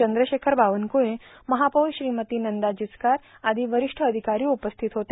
चंद्रशेखर बावनक्रुळे महापौर श्रीमती नंदा जिचकारसह आदी वरिष्ठ अधिकारी यावेळी उपस्थित होते